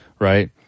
right